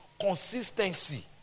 consistency